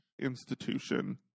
institution